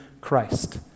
Christ